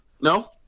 No